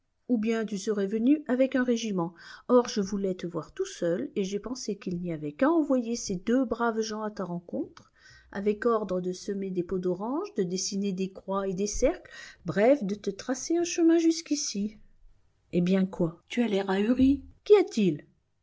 ou bien tu serais venu avec un régiment or je voulais te voir tout seul et j'ai pensé qu'il n'y avait qu'à envoyer ces deux braves gens à ta rencontre avec ordre de semer des peaux d'orange de dessiner des croix et des cercles bref de te tracer un chemin jusqu'ici eh bien quoi tu as l'air ahuri qu'y a-t-il